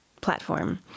platform